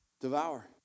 Devour